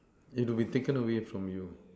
it will be taken away from you